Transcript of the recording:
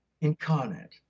incarnate